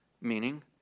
meaning